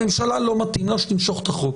הממשלה, לא מתאים לה שתמשוך את החוק.